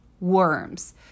worms